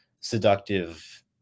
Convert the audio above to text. seductive